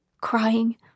crying